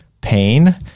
pain